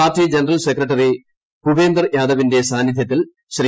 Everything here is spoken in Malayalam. പാർട്ടി ജനറൽ സെക്രട്ടറി ഭൂപേന്ദർ യാദവിന്റെ സാന്നിധ്യത്തിൽ ശ്രീ